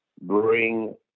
bring